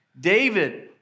David